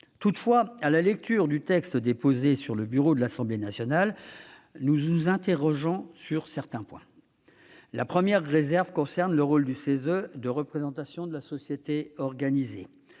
Toutefois, à la lecture du texte déposé sur le bureau de l'Assemblée nationale, nous nous interrogeons déjà sur certains points. La première réserve concerne le rôle de représentation de la société organisée